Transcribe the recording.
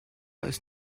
ist